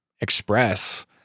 express